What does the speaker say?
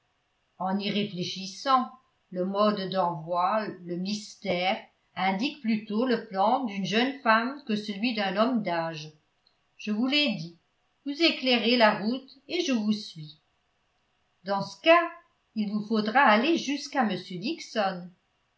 en y réfléchissant le mode d'envoi le mystère indiquent plutôt le plan d'une jeune femme que celui d'un homme d'âge je vous l'ai dit vous éclairez la route et je vous suis dans ce cas il vous faudra aller jusqu'à m dixon